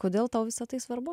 kodėl tau visa tai svarbu